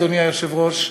אדוני היושב-ראש,